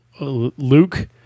Luke